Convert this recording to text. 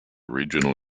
regional